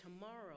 tomorrow